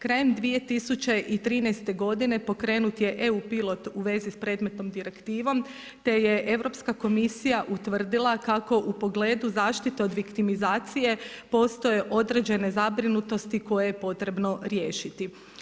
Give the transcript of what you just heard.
Krajem 2013. godine pokrenut je EU pilot u vezi sa predmetnom direktivom te je Europska komisija utvrdila kako u pogledu zaštite od viktimizacije postoje određene zabrinutosti koje je potrebno riješiti.